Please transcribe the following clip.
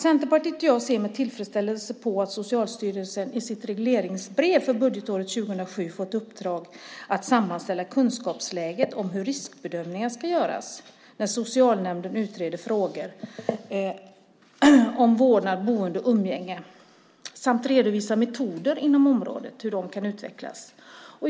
Centerpartiet och jag ser med tillfredsställelse på att Socialstyrelsen i sitt regleringsbrev för det här budgetåret har fått i uppdrag att sammanställa kunskapsläget i fråga om hur riskbedömningar ska göras när socialnämnden utreder frågor om vårdnad, boende och umgänge samt att redovisa hur metoder inom området kan utvecklas.